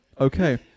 okay